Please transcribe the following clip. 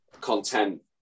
content